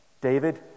David